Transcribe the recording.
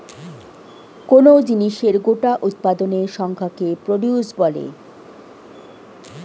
কোন জিনিসের গোটা উৎপাদনের সংখ্যাকে প্রডিউস বলে